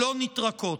לא נטרקות.